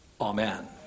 Amen